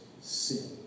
sin